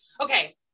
okay